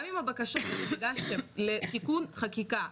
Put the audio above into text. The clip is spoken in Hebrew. גם עם הבקשות שהגשתם לתיקון חקיקה,